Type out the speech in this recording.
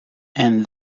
and